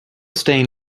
staying